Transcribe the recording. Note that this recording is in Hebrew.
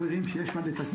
חברים, ברור שיש מה לתקן.